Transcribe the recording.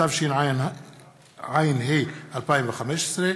התשע"ה 2015,